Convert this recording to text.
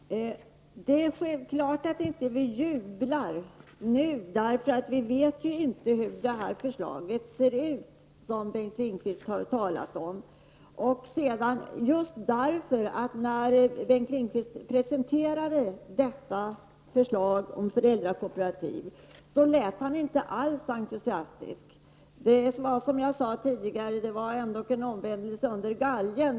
Herr talman! Det är självklart att vi inte jublar nu, eftersom vi ju inte vet hur det förslag som Bengt Lindqvist talade om ser ut och just eftersom Bengt Lindqvist då han presenterade förslaget om statsbidrag till föräldrakooperativ inte alls lät entusiastisk. Som jag sade tidigare var detta en omvändelse under galgen.